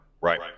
right